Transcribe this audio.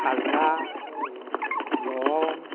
খাজা লং